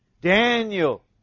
Daniel